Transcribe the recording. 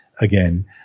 again